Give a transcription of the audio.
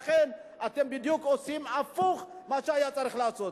לכן, אתם בדיוק עושים הפוך מאשר היה צריך לעשות.